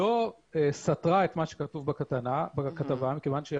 לא סתרה את מה שכתוב בכתבה מכיוון שהיא